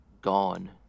gone